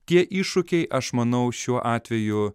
tie iššūkiai aš manau šiuo atveju